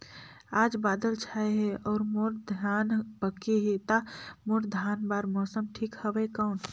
आज बादल छाय हे अउर मोर धान पके हे ता मोर धान बार मौसम ठीक हवय कौन?